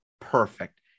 perfect